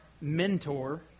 mentor